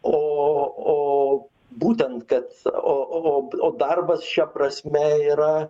o o būtent kad o o o darbas šia prasme yra